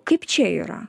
kaip čia yra